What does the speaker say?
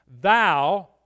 thou